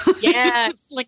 Yes